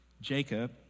Jacob